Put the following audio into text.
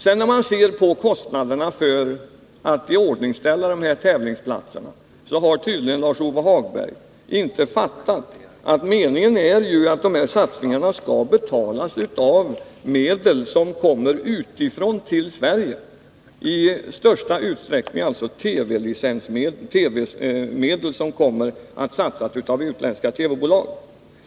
Vid betraktandet av kostnaderna för iordningställandet av tävlingsplatserna har tydligen Lars-Ove Hagberg inte fattat att meningen är att satsningarna skall betalas av medel som kommer utifrån till Sverige — i största utsträckning TV-medel, som kommer att satsas av utländska TV-bolag.